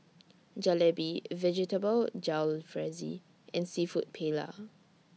Jalebi Vegetable Jalfrezi and Seafood Paella